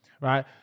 right